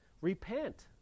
repent